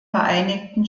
vereinigten